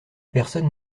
personne